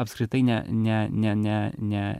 apskritai ne ne ne ne ne